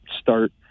start